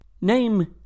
Name